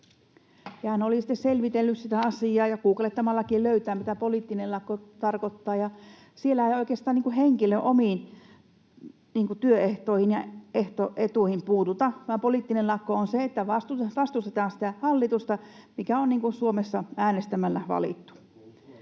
Hän oli sitten selvitellyt sitä asiaa, ja googlettamallakin löytää, mitä poliittinen lakko tarkoittaa, ja siellä ei oikeastaan henkilön omiin työehtoihin ja etuihin puututa, vaan poliittinen lakko on se, että vastustetaan sitä hallitusta, mikä on Suomessa äänestämällä valittu.